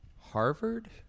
harvard